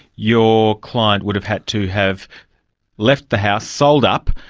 your client would've had to have left the house, sold up,